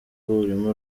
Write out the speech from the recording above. urimo